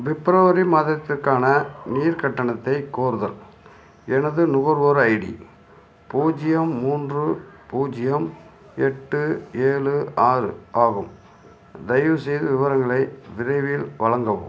பிப்ரவரி மாதத்திற்கான நீர் கட்டணத்தை கோருதல் எனது நுகர்வோர் ஐடி பூஜ்யம் மூன்று பூஜ்யம் எட்டு ஏழு ஆறு ஆகும் தயவுசெய்து விவரங்களை விரைவில் வழங்கவும்